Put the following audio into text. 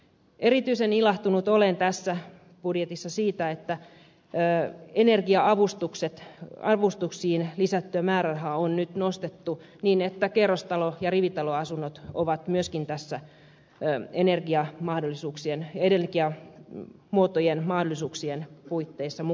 erityisen ilahtunut olen tässä budjetissa siitä että energia avustuksiin lisättyä määrärahaa on nyt nostettu niin että kerrostalo ja rivitaloasunnot ovat myöskin tässä jo ennen ja mahdollisuuksien elegia ja energiamuotojen mahdollisuuksien puitteissa mukana